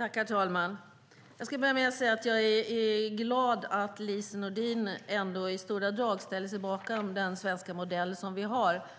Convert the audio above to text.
Herr talman! Jag är glad över att Lise Nordin i stora drag ändå ställer sig bakom den svenska modellen